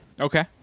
Okay